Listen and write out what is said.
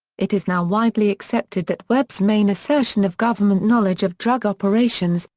it is now widely accepted that webb's main assertion of government knowledge of drug operations,